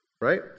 Right